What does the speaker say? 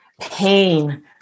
pain